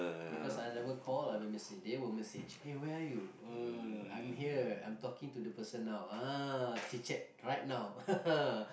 because I never call I will message they will message hey where are you uh I'm here I'm talking to the person now ah chit-chat right now